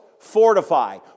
Fortify